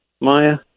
Maya